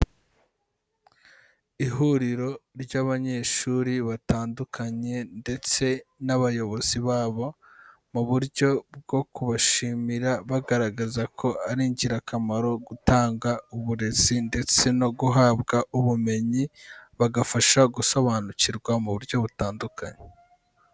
Ihuriro ry'abanyeshuri batandukanye ndetse n'abayobozi babo mu buryo bwo kubashimira bagaragaza ko ari ingirakamaro gutanga uburezi ndetse no guhabwa ubumenyi, bagafasha gusobanukirwa mu buryo butandukanye.